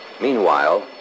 Meanwhile